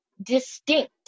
distinct